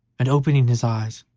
and, opening his eyes,